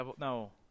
No